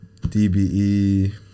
DBE